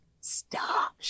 stop